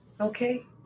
Okay